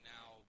Now